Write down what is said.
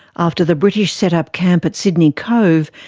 after the british set up camp at sydney cove,